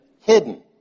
hidden